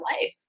life